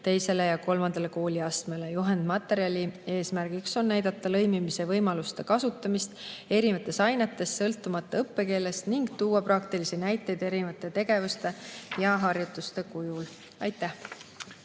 teisele ja kolmandale kooliastmele. Juhendmaterjali eesmärk on näidata lõimimisvõimaluste kasutamist erinevates ainetes sõltumata õppekeelest ning tuua praktilisi näiteid erinevate tegevuste ja harjutuste kujul. Aitäh!